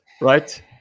Right